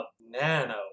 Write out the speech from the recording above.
nano